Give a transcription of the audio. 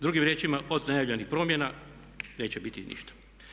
Drugim riječima od najavljenih promjena neće biti ništa.